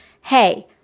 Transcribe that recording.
hey